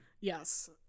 Yes